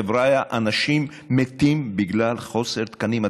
חבריא, אנשים מתים בגלל חוסר תקנים.